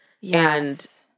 yes